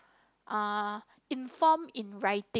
uh inform in writing